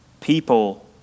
People